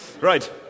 Right